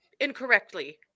incorrectly